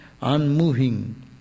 unmoving